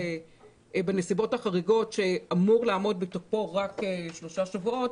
בנסיבות החריגות שאמור לעמוד בתוקפו רק שלושה שבועות,